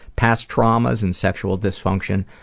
past traumas, and sexual dysfunction,